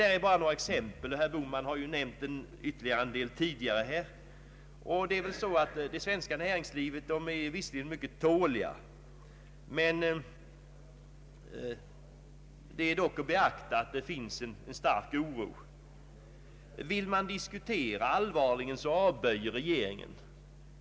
De svenska näringsutövarna är visserligen mycket tåliga, men vi får inte bortse från att det bland dem finns en mycket stark oro över utvecklingen. Vill man ta upp en allvarlig diskussion om dessa frågor så avböjer regeringen.